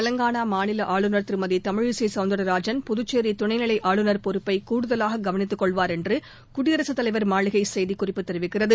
தெவங்கானா மாநில ஆளுநர் திருமதி தமிழிசை சவுந்திரராஜன் புதுச்சேரி துணைநிலை ஆளுநர் பொறுப்பை கூடுதலாக கவனித்து கொள்வார் என்று குடியரசுத்தலைவர் மாளிகை செய்திக்குறிப்பு தெரிவிக்கிறது